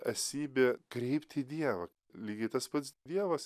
esybė kreipt į dievą lygiai tas pats dievas